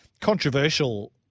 controversial